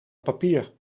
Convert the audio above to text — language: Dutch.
papier